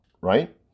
right